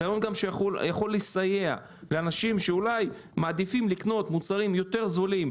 זה רעיון שיכול לסייע לאנשים שאולי מעדיפים לקנות מוצרים יותר זולים,